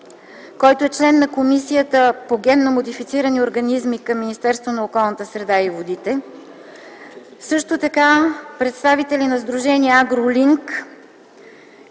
земята, член на Комисията по генно модифицирани организми към Министерството на околната среда и водите; също така представители на Сдружение „Агролинк”,